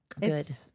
Good